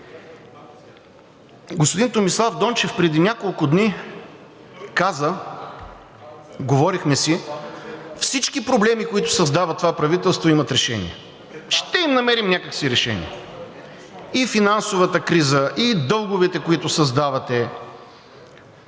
Господин Томислав Дончев преди няколко дни каза – говорихме си, всички проблеми, които създава това правителство, имат решение, ще им намерим някак си решение – и финансовата криза, и дълговете, които създавате.